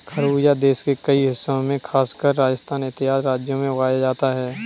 खरबूजा देश के कई हिस्सों में खासकर राजस्थान इत्यादि राज्यों में उगाया जाता है